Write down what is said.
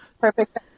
Perfect